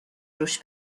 روش